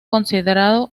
considerado